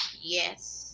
yes